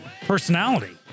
personality